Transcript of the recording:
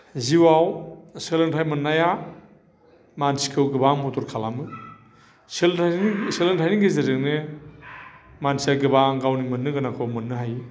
जिउआव सोलोंथाय मोननाया मानसिखौ गोबां मदद खालामो सोलोंथायनि गेजेरजोंनो मानसिया गोबां गावनि मोननो गोनांखौ मोननो हायो